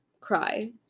cry